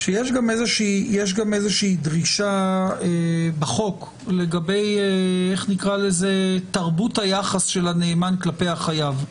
שיש גם איזושהי דרישה בחוק לגבי תרבות היחס של הנאמן כלפי החייב.